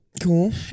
Cool